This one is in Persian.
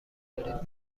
دارید